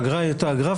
האגרה היא אותה אגרה,